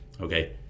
Okay